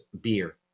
beer